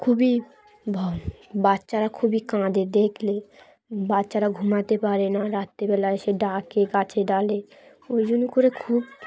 খুবই ভয় বাচ্চারা খুবই কাঁদে দেখলে বাচ্চারা ঘুমাতে পারে না রাত্রেবেলাায় এসে ডাকে কাছে ডালে ওই জন্য করে খুব